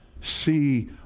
see